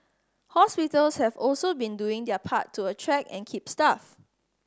hospitals have also been doing their part to attract and keep staff